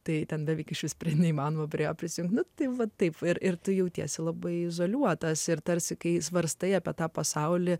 tai ten beveik išvis neįmanoma prie jo prisijungti na tai va taip ir ir tu jautiesi labai izoliuotas ir tarsi kai svarstai apie tą pasaulį